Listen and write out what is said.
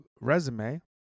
resume